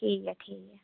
ठीक ऐ ठीक ऐ